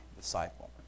disciple